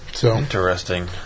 Interesting